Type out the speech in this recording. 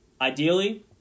Ideally